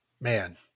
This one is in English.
man